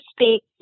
speak